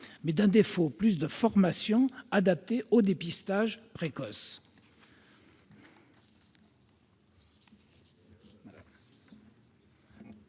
que d'un défaut de formation adaptée au dépistage précoce.